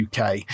UK